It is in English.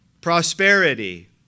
prosperity